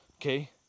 Okay